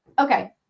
Okay